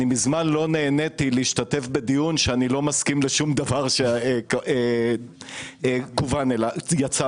אני מזמן לא נהניתי להשתתף בדיון שאני לא מסכים לשום דבר שיצא ממנו.